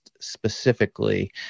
specifically